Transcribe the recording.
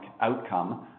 outcome